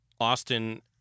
Austin